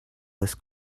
this